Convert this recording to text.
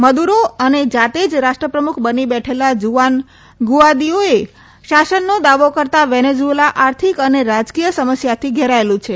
Maduro અને જાતે જ રાષ્ટ્રપ્રમુખ બની બેઠેલા જુઆન ગુઆદીઓએ શાસનનો દાવો કરતાં વેનેઝુએલા આર્થિક અને રાજકીય સમસ્યાથી ઘેરાયું છે